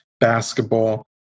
basketball